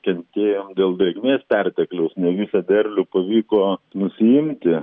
kentėjom dėl drėgmės pertekliaus ne visą derlių pavyko nusiimti